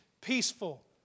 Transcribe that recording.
peaceful